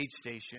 station